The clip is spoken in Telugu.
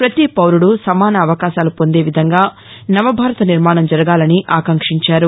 ప్రతీ పౌరుడు సమాన అవకాశాలు పొందేవిధంగా నవభారత నిర్వాణం జరగాలని ఆకాంక్షించారు